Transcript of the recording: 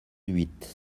huit